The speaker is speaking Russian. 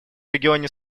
регионе